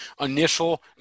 initial